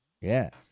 Yes